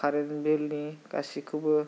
current बिलनि गासिखौबो